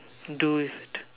do with